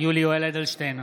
יולי יואל אדלשטיין,